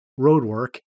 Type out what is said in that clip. Roadwork